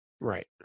Right